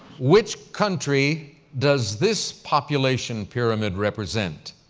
which country does this population pyramid represent,